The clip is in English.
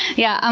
yeah, and